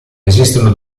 esistono